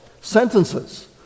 sentences